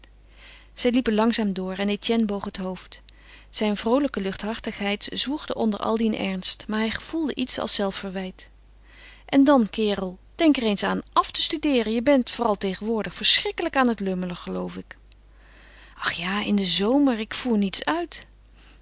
zij liepen langzaam door en etienne boog het hoofd zijn vroolijke luchthartigheid zwoegde onder al dien ernst maar hij gevoelde iets als zelfverwijt en dan kerel denk er eens aan af te studeeren je bent vooral tegenwoordig verschrikkelijk aan het lummelen geloof ik ach ja in den zomer ik voer niets uit